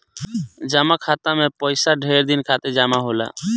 जमा खाता मे पइसा ढेर दिन खातिर जमा होला